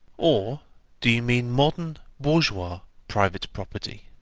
or do you mean modern bourgeois private property?